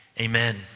amen